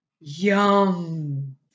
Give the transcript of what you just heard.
Yum